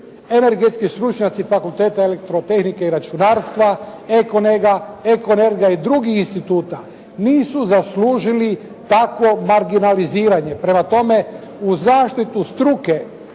Energetski stručnjaci Fakulteta elektrotehnike i računarstva, "EKONERGA" i drugih instituta nisu zaslužili tako marginaliziranje. Prema tome u zaštitu struke